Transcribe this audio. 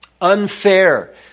unfair